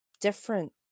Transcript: different